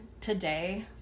today